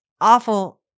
awful